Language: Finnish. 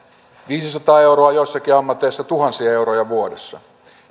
viisisataa euroa joissakin ammateissa tuhansia euroja vuodessa